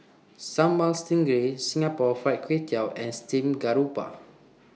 Sambal Stingray Singapore Fried Kway Tiao and Steamed Garoupa